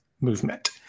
movement